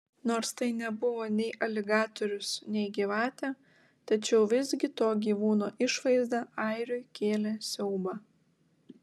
nors tai nebuvo nei aligatorius nei gyvatė tačiau visgi to gyvūno išvaizda airiui kėlė siaubą